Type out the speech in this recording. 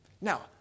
Now